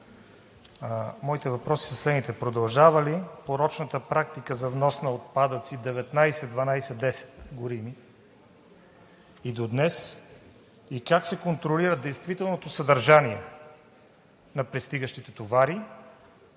Моите въпроси са следните: продължава ли порочната практика за внос на отпадъци 19 12 10 – горими, и до днес и как се контролира действителното съдържание на пристигащите товари?